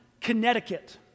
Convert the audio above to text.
Connecticut